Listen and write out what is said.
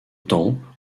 temps